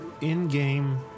in-game